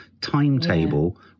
timetable